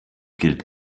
gilt